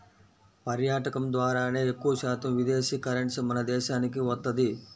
పర్యాటకం ద్వారానే ఎక్కువశాతం విదేశీ కరెన్సీ మన దేశానికి వత్తది